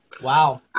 Wow